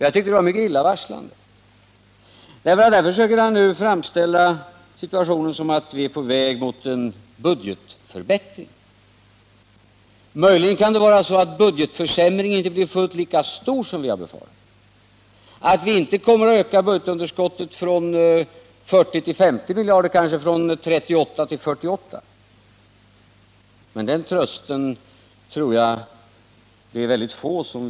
Jag tyckte det var mycket illavarslande när han där försökte framställa situationen som att vi är på väg mot en budgetförbättring. Möjligen kan det vara så att budgetförsämringen inte blir lika stor som vi har befarat, möjligen kommer budgetunderskottet inte att öka från 40 till 50 miljarder utan kanske från 38 till 48 miljarder. Men det tror jag tröstar väldigt få.